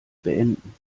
beenden